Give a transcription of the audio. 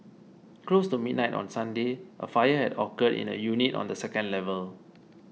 close to midnight on Sunday a fire had occurred in a unit on the second level